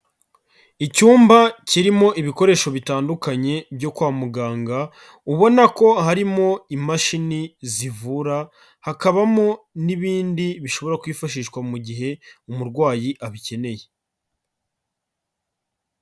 Icyumba kirimo ibikoresho bitandukanye byo kwa muganga, ubona ko harimo imashini zivura, hakabamo n'ibindi bishobora kwifashishwa mu gihe umurwayi abikeneye.